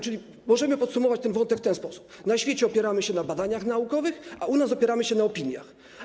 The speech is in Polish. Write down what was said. Czyli możemy podsumować ten wątek w ten sposób: na świecie opieramy się na badaniach naukowych, a u nas opieramy się na opiniach.